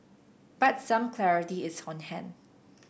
but some clarity is on hand